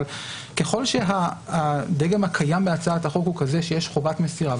אבל ככל שהדגם שקיים בהצעת החוק הוא כזה שיש חובת מסירה,